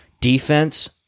defense